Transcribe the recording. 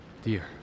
Dear